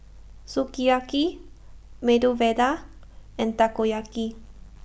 Sukiyaki Medu Vada and Takoyaki